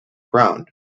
brown